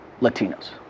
Latinos